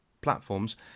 platforms